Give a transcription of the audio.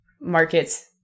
markets